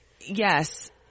yes